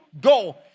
Go